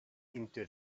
into